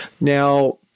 Now